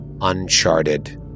uncharted